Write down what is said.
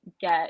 get